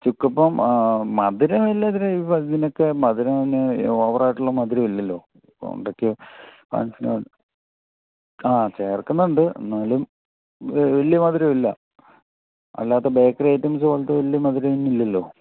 ചുക്കപ്പം മധുരം എല്ലാത്തിനും ഇപ്പോൾ അതിനൊക്കെ മധുരം പിന്നെ ഓവറായിട്ടുള്ള മധുരമില്ലല്ലോ ബോണ്ടയ്ക്ക് ആ ചേർക്കുന്നുണ്ട് എന്നാലും വലിയ മധുരമില്ല അല്ലാത്ത ബേക്കറി ഐറ്റംസ് പോലത്തെ വലിയ മധുരം ഇതിനില്ലല്ലൊ